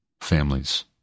families